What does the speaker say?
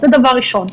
זה דבר ראשון.